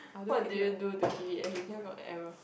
what do you do to keep fit as in this one got error